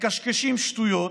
מקשקשים שטויות,